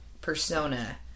persona